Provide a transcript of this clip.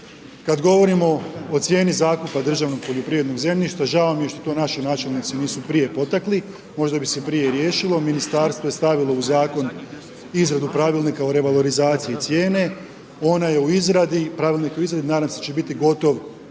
Kada govorimo o cijeni zakupa državnog poljoprivrednog zemljišta, žao mi je što to naši načelnici nisu potekli možda bi se prije riješilo, ministarstvo je stavilo u Zakon, izradu pravilnika o revalorizaciji cijene, ona je u izradi, pravilniku u izradi, nadam se da će biti gotov,